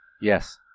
Yes